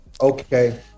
okay